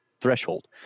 threshold